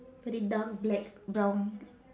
very dark black brown